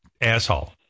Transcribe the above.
asshole